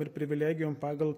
ir privilegijom pagal